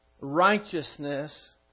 righteousness